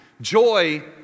Joy